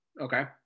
Okay